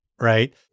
right